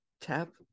tap